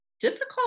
difficult